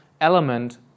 element